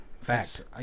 fact